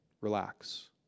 Relax